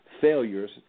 failures